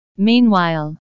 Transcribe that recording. Meanwhile